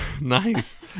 nice